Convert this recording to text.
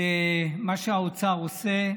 למה שהאוצר עושה,